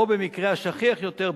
או במקרה השכיח יותר,